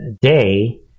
Day